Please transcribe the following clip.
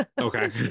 okay